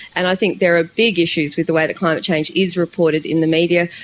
and i think there are big issues with the way that climate change is reported in the media.